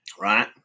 Right